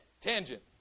Tangent